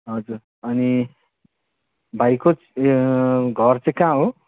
हजुर अनि भाइको घर चाहिँ कहाँ हो